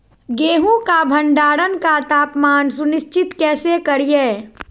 गेहूं का भंडारण का तापमान सुनिश्चित कैसे करिये?